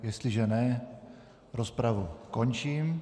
Jestliže ne, rozpravu končím.